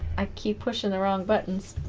i keep pushing the wrong buttons